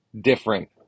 different